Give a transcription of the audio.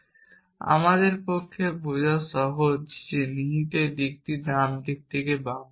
এটি আমাদের পক্ষে বোঝা সহজ যে নিহিতের দিকটি ডান থেকে বামে